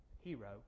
hero